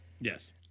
Yes